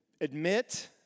admit